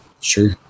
Sure